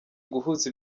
guhuza